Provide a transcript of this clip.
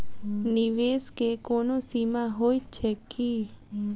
निवेश केँ कोनो सीमा होइत छैक की?